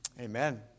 Amen